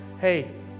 hey